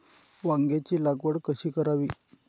वांग्यांची लागवड कशी करावी?